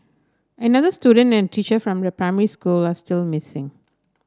another student and a teacher from the primary school are still missing